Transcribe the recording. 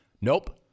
Nope